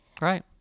Right